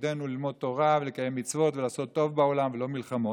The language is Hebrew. ותפקידנו ללמוד תורה ולקיים מצוות ולעשות טוב בעולם ולא מלחמות,